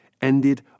ended